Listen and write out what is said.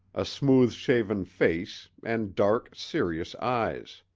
a smooth-shaven face and dark, serious eyes.